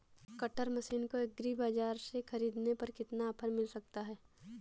Cutter machine को agri बाजार से ख़रीदने पर कितना ऑफर मिल सकता है?